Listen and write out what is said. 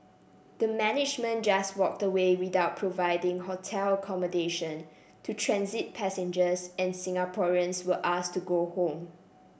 the management just walked away without providing hotel accommodation to transit passengers and Singaporeans were asked to go home